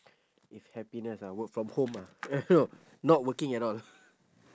if happiness ah work from home ah ah no not working at all